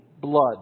blood